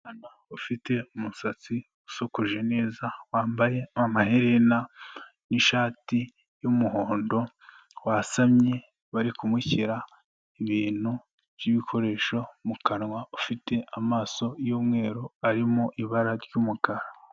Umwana ufite umusatsi usokuje neza wambaye amaherena n'ishati y'umuhondo wasamye bari kumushyira ibintu by'ibikoresho mu kanwa, ufite amaso y'umweru arimo ibara ry'umukara.